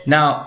Now